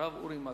הרב אורי מקלב.